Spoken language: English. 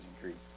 increase